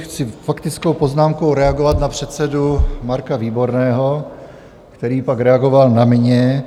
Chci faktickou poznámkou reagovat na předsedu Marka Výborného, který pak reagoval na mě.